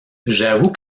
j’avoue